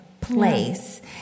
place